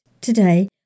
today